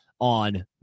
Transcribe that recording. on